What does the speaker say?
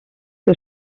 que